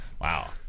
Wow